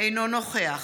אינו נוכח